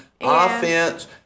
offense